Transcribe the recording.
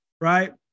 right